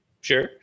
sure